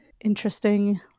interesting